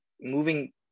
moving